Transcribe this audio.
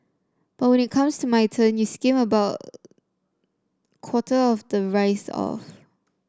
but when it comes to my turn you skim about quarter of the rice off